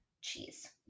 cheese